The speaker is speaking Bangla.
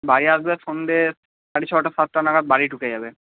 বাড়ি আসবে সন্ধ্যে সাড়ে ছটা সাতটা নাগাদ বাড়ি ঢুকে যাবে